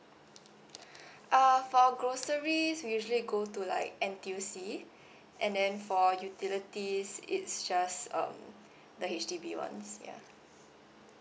ah for groceries we usually go to like N_T_U_C and then for utilities it's just um the H_D_B ones ya